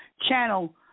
channel